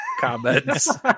comments